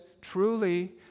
truly